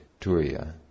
Turiya